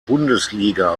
bundesliga